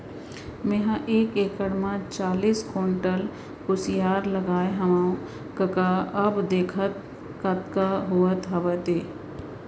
मेंहा एक एकड़ म चालीस कोंटल कुसियार लगाए हवव कका अब देखर कतका होवत हवय ते